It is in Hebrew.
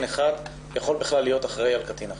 אחד יכול בכלל להיות אחראי על קטין אחר.